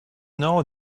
know